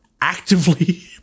actively